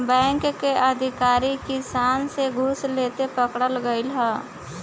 bank के अधिकारी किसान से घूस लेते पकड़ल गइल ह